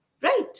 Right